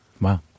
Wow